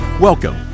Welcome